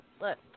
Look